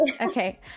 Okay